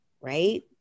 right